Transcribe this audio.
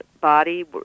body